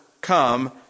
come